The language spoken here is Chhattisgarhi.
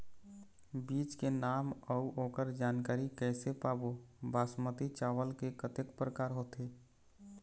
बीज के नाम अऊ ओकर जानकारी कैसे पाबो बासमती चावल के कतेक प्रकार होथे?